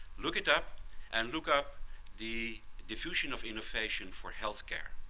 look it up and look up the diffusion of innovation for healthcare,